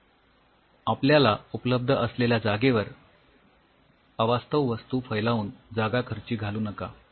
तर आपल्याला उपलब्ध असलेल्या जागेवर अवास्तव वस्तू फैलावून जागा खर्ची घालू नका